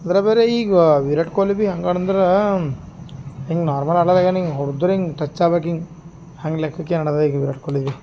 ಅದ್ರಗೆ ಬೇರೆ ಈಗ ವಿರಾಟ್ ಕೊಹ್ಲಿ ಬಿ ಹಂಗೆ ಆಡೋದಂದ್ರಾ ಹಿಂಗೆ ನಾರ್ಮಲ್ ಆಡೋಲ್ಲ ಏನು ಹಿಂಗೆ ಹೊಡೆದ್ರೆ ಹಿಂಗ್ ಟಚ್ ಆಗ್ಬೇಕು ಹಿಂಗ್ ಹಂಗೆ ಲೆಕ್ಕಕ್ಕೆ ಆಡದೇ ಈ ವಿರಾಟ್ ಕೊಹ್ಲಿ ಬಿ